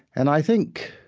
and i think